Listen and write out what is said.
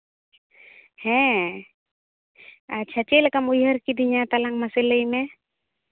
ᱦᱮᱸ ᱟᱪᱪᱷᱟ ᱪᱮᱫ ᱞᱮᱠᱟᱢ ᱩᱭᱦᱟᱹᱨ ᱠᱤᱫᱤᱧᱟ ᱛᱟᱞᱟᱝ ᱢᱟᱥᱮ ᱞᱟᱹᱭ ᱢᱮ